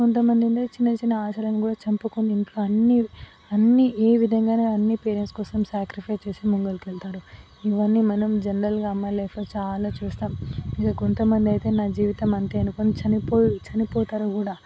కొంతమంది ఏంది చిన్న చిన్న ఆశలని కూడా చంపుకుని ఇంట్లో అన్నీ అన్నీ ఏ విధంగానైనా పేరెంట్స్ కోసం సాక్రిఫైస్ చేసి ముంగలకెళ్తారు ఇవన్నీ మనం జనరల్గా అమ్మాయిల లైఫ్లో చాలా చూస్తాం ఇక కొంతమంది అయితే నా జీవితం అంతే అనుకొని చనిపోయి చనిపోతారు కూడా